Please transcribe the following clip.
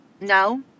no